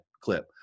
clip